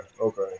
okay